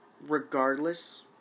regardless